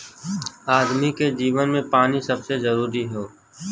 आदमी के जीवन मे पानी सबसे जरूरी हौ